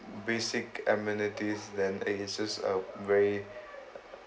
basic amenities then and it just a very